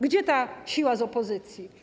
Gdzie ta siła z opozycji?